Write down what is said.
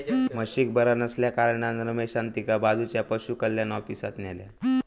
म्हशीक बरा नसल्याकारणान रमेशान तिका बाजूच्या पशुकल्याण ऑफिसात न्हेल्यान